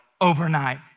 overnight